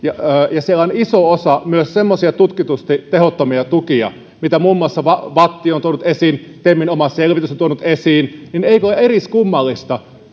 ja siellä on iso osa myös semmoisia tutkitusti tehottomia tukia mitä muun muassa vatt on tuonut esiin ja temin oma selvitys on tuonut esiin niin eikö ole eriskummallista